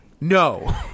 No